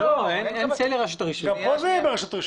גם כאן זה יהיה דרך רשות הרישוי.